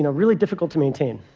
you know really difficult to maintain.